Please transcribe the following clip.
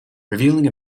revealing